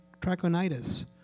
Trachonitis